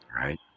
right